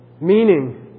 Meaning